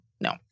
No